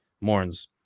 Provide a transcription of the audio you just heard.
mourns